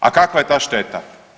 A kakva je ta šteta?